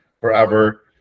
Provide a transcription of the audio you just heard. forever